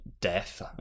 death